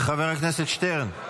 חבר הכנסת שטרן.